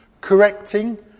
correcting